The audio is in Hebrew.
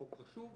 החוק חשוב,